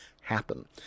happen